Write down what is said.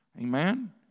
Amen